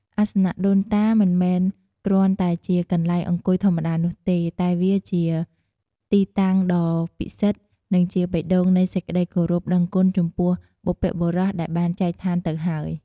អាសនៈដូនតា មិនមែនគ្រាន់តែជាកន្លែងអង្គុយធម្មតានោះទេ តែវាជាទីតាំងដ៏ពិសិដ្ឋ និងជាបេះដូងនៃសេចក្តីគោរពដឹងគុណចំពោះបុព្វបុរសដែលបានចែកឋានទៅហើយ។